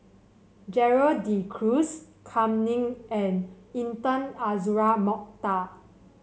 Gerald De Cruz Kam Ning and Intan Azura Mokhtar